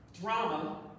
drama